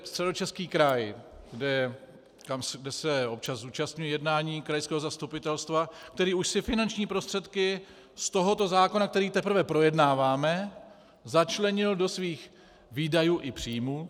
Středočeský kraj, kde se občas zúčastňuji jednání krajského zastupitelstva, ten už si finanční prostředky z tohoto zákona, který teprve projednáváme, začlenil do svých výdajů i příjmů.